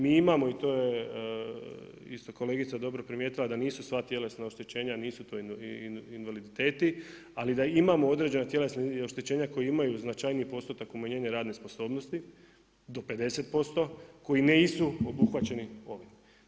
Mi imamo i to je isto kolegica dobro primijetila da nisu sva tjelesna oštećenja nisu to invaliditeti ali da imamo određena tjelesna oštećenja koji imaju značajniji postotak umanjenja radne sposobnosti do 50%, koji nisu obuhvaćeni ovime.